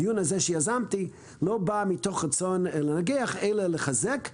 הדיון הזה שיזמתי לא בא מתוך רצון לנגח אלא כדי לחזק וללמוד,